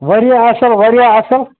وارایاہ اَصٕل واریاہ اَصٕل